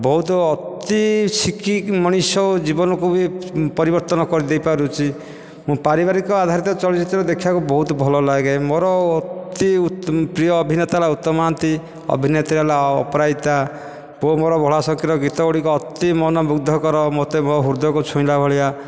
ବହୁତ ଅତି ଶିକ୍ଷିକି ମଣିଷ ଜୀବନକୁ ବି ପରିବର୍ତ୍ତନ କରିଦେଇପାରୁଛି ମୁଁ ପାରିବାରିକ ଆଧାରିତ ଚଳଚ୍ଚିତ୍ର ଦେଖିବାକୁ ବହୁତ ଭଲଲାଗେ ମୋର ଅତି ପ୍ରିୟ ଅଭିନେତା ହେଲା ଉତ୍ତମ ମହାନ୍ତି ଅଭିନେତ୍ରୀ ହେଲା ଅପରାଜିତା ପୁଅ ମୋର ଭୋଳା ଶଙ୍କରର ଗୀତ ଗୁଡ଼ିକ ଅତି ମନ ମୁଗ୍ଧକର ମୋତେ ମୋ ହୃଦୟକୁ ଛୁଇଁଲା ଭଳିଆ